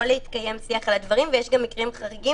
יכול להתקיים שיח על הדברים ויש גם מקרים חריגים